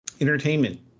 entertainment